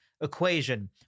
equation